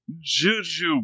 Juju